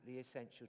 essential